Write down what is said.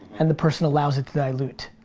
and the person allows it to dilute.